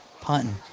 punting